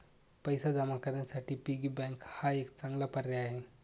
पैसे जमा करण्यासाठी पिगी बँक हा एक चांगला पर्याय आहे